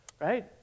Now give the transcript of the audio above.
right